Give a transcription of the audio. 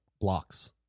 blocks